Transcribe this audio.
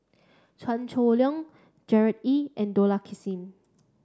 Chua Chong Long Gerard Ee and Dollah Kassim